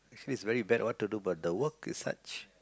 actually is very bad what to do but the work is such